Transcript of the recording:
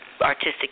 artistic